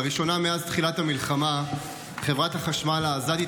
לראשונה מאז תחילת המלחמה חברת החשמל העזתית